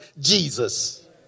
Jesus